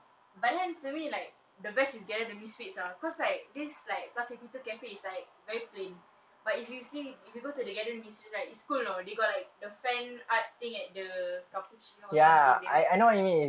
but then to me like the best is gather the misfits ah cause like this like plus eighty two cafe is like very plain but if you see if you go to the gather the misfits right it's cool you know they got like the fan art thing at the cappuccino something there made